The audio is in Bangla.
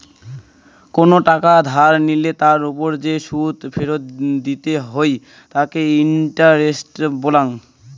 কোনো টাকা ধার লিলে তার ওপর যে সুদ ফেরত দিতে হই তাকে ইন্টারেস্ট বলাঙ্গ